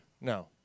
No